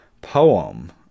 poem